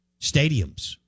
stadiums